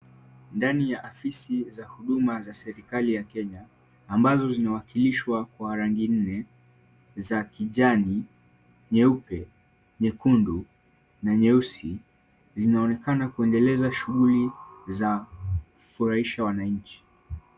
Ndani ya afisi za huduma za serikali ya Kenya, ambazo zinawakilishwa kwa rangi nne; za kijani, nyeupe, nyekundu na nyeusi. Zinaonekana kuendeleza shughuli za kufurahisha wananchi.